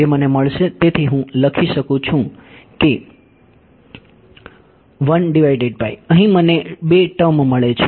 જે મને મળશે તેથી હું લખી શકું છુ કે અહી મને 2 ટર્મ મળે છે